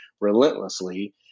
relentlessly